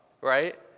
right